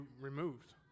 removed